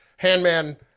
Handman